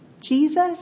Jesus